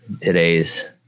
Today's